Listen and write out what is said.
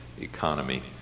economy